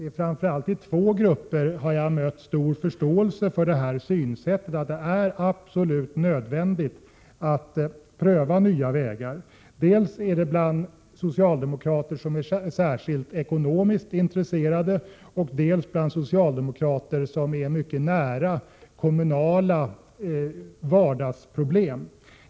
I framför allt två grupper har jag mött stor förståelse för nödvändigheten av att pröva nya vägar. Dels är det bland socialdemokrater som är särskilt ekonomiskt intresserade, dels bland socialdemokrater som är mycket nära kommunala vardagsproblem.